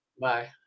Bye